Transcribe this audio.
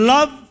Love